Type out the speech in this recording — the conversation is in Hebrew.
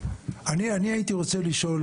אני הייתי רוצה לשאול,